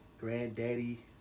Granddaddy